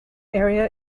area